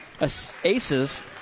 Aces